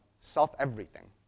self-everything